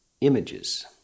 images